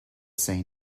say